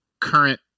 current